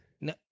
No